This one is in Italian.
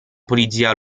polizia